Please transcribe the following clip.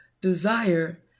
desire